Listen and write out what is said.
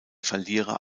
verlierer